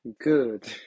good